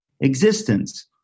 existence